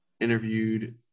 interviewed